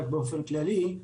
רק באופן כללי,